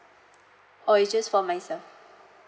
or it's just for myself